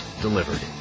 delivered